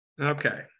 okay